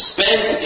Spent